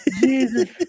Jesus